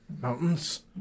mountains